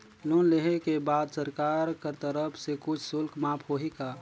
Loan लेहे के बाद सरकार कर तरफ से कुछ शुल्क माफ होही का?